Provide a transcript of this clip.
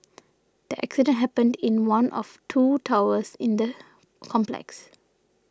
the accident happened in one of two towers in the complex